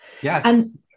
Yes